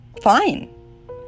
fine